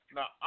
Now